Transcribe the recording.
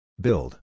Build